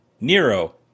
Nero